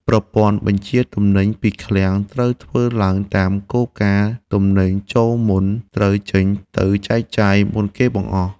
ប្រព័ន្ធបញ្ចេញទំនិញពីឃ្លាំងត្រូវធ្វើឡើងតាមគោលការណ៍ទំនិញចូលមុនត្រូវចេញទៅចែកចាយមុនគេបង្អស់។